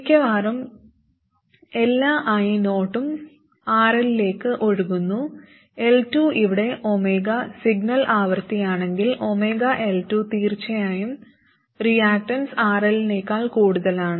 മിക്കവാറും എല്ലാ io ഉം RL ലേക്ക് ഒഴുകുന്നു L2 ഇവിടെ ഒമേഗ സിഗ്നൽ ആവൃത്തിയാണെങ്കിൽ 𝜔L2 തീർച്ചയായും റിയാക്ടൻസ് RL നേക്കാൾ കൂടുതലാണ്